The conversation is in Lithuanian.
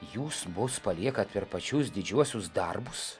jūs mus paliekat per pačius didžiuosius darbus